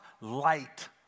light